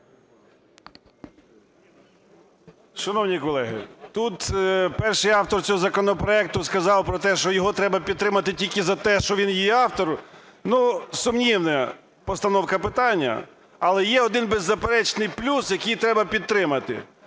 Шановні колеги, тут перший автор цього законопроекту сказав про те, що його треба підтримати тільки за те, що він є автор. Ну, сумнівна постановка питання. Але є один беззаперечний плюс, який треба підтримати.